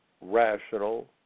rational